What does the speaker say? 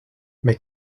mais